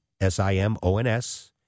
S-I-M-O-N-S